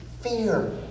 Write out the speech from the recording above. fear